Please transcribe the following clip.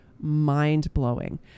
mind-blowing